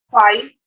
five